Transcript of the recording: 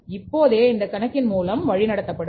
இப்போதே இந்த கணக்கின் மூலம் வழிநடத்தப்படும்